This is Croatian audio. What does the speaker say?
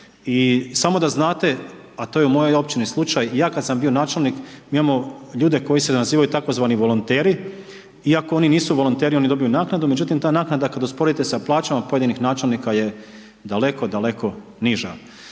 I samo da znate a to je u mojoj općini slučaj i ja kada sam bio načelnik, mi imamo ljude koji se nazivaju tzv. volonteri, iako oni nisu volonteri oni dobiju naknadu, međutim ta naknada kada usporedite sa plaćama pojedinih načelnika je daleko, daleko niža.